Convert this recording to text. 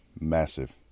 massive